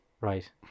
Right